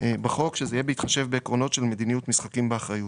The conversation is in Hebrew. בחוק שזה יהיה בהתחשב בעקרונות של מדיניות "משחקים באחריות".